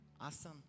Awesome